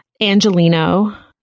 Angelino